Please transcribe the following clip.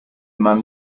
man